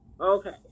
Okay